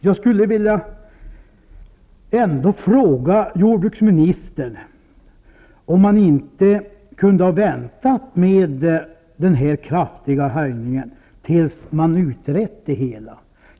Jag skulle vilja fråga jordbruksministern om han inte kunde ha väntat med denna kraftiga höjning tills man har utrett det hela.